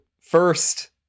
first